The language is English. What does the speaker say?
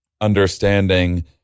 understanding